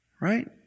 right